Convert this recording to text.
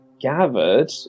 gathered